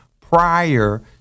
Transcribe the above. prior